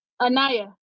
Anaya